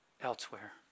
elsewhere